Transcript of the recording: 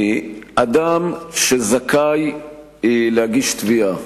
אדם שזכאי להגיש תביעה,